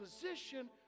position